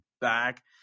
back